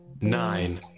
nine